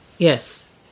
Yes